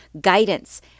guidance